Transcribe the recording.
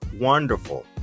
wonderful